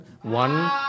one